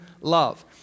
love